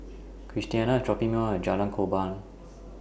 Christiana IS dropping Me off At Jalan Korban